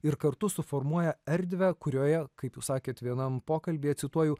ir kartu suformuoja erdvę kurioje kaip jūs sakėt vienam pokalbyje cituoju